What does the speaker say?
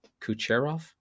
Kucherov